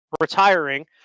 retiring